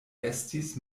estis